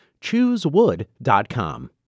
Choosewood.com